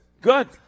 Good